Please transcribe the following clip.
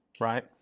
right